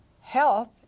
health